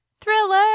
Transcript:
thriller